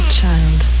child